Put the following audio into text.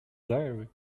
diary